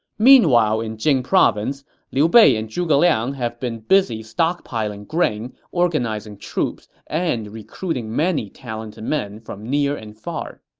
meanwhile in jing province, liu bei and zhuge liang have been busy stockpiling grain, organizing troops, and recruiting many talented men from near and far.